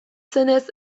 zenez